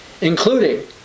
including